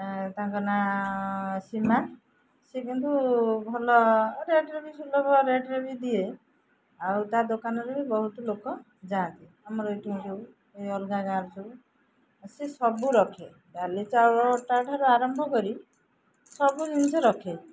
ତାଙ୍କ ନାଁ ସୀମା ସେ କିନ୍ତୁ ଭଲ ରେଟରେ ବି ସୁଲଭ ରେଟରେ ବି ଦିଏ ଆଉ ତା ଦୋକାନରେ ବି ବହୁତ ଲୋକ ଯାଆନ୍ତି ଆମର ଏଇଠି ଯୋଉଁ ଏ ଅଲଗା ଗାଁରୁ ଯେଉଁ ସେ ସବୁ ରଖେ ଡାଲି ଚାଉଳ ଠାରୁ ଆରମ୍ଭ କରି ସବୁ ଜିନିଷ ରଖେ